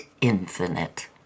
infinite